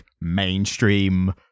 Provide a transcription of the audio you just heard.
mainstream